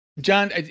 John